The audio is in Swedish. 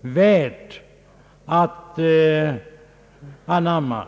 värt att anamma.